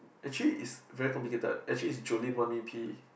actually is very complicated actually is Julin want me P